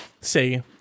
See